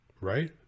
right